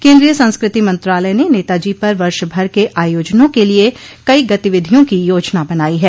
केन्द्रीय संस्कृति मंत्रालय ने नेताजी पर वर्षभर के आयोजनों के लिए कई गतिविधियों की योजना बनाई है